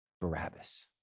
Barabbas